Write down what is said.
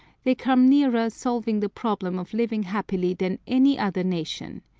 they come nearer solving the problem of living happily than any other nation.